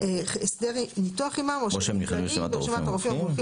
הסדר ניתוח עימם או שהם נכללים ברשימת הרופאים המומחים